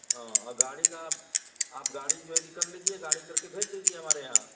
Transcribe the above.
हाँ गाड़ी का आप आप गाड़ी जो है कि कर लीजिए गाड़ी करके भेज दीजिए हमारे यहाँ